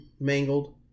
mangled